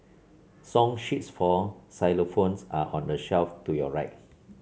song sheets for xylophones are on the shelf to your right